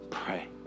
Pray